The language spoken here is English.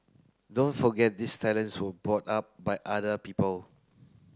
don't forget these talents were brought up by other people